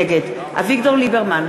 נגד אביגדור ליברמן,